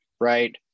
right